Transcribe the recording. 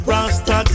Rasta